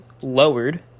lowered